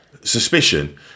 suspicion